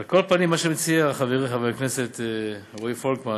על כל פנים, מה שמציע חברי חבר הכנסת רועי פולקמן